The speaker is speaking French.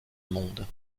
monde